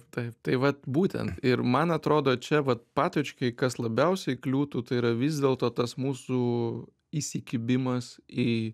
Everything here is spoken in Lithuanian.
taip tai vat būtent ir man atrodo čia vat patočkai kas labiausiai kliūtų tai yra vis dėlto tas mūsų įsikibimas į